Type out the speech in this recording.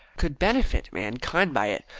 could benefit mankind by it,